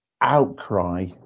outcry